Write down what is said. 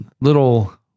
little